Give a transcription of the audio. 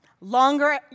Longer